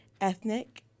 ethnic